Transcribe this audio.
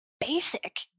basic